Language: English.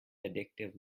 addictive